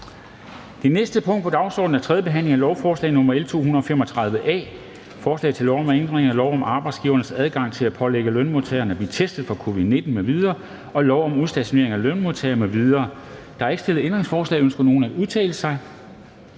Det næste punkt på dagsordenen er: 4) 3. behandling af lovforslag nr. L 235 A: Forslag til lov om ændring af lov om arbejdsgiveres adgang til at pålægge lønmodtagere at blive testet for covid-19 m.v. og lov om udstationering af lønmodtagere m.v. (Udskydelse af solnedgangsklausul).